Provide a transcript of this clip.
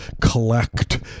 Collect